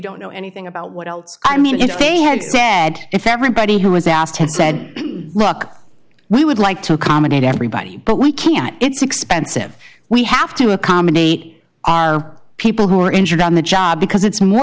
don't know anything about what else i mean if they had said if everybody who was asked had said look we would like to accommodate everybody but we can't it's expensive we have to accommodate people who are injured on the job because it's more